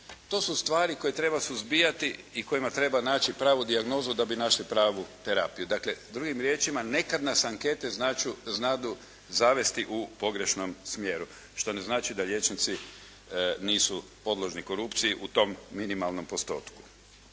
To su stvari koje treba suzbijati i kojima treba naći pravu dijagnozu da bi našli pravu terapiju. Dakle, drugim riječima nekad nas ankete znadu zavesti u pogrešnom smjeru, što ne znači da liječnici nisu podložni korupciji u tom minimalnom postotku.